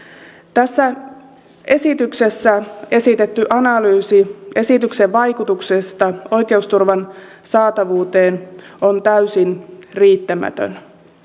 tässä esityksessä esitetty analyysi esityksen vaikutuksesta oikeusturvan saatavuuteen on täysin riittämätön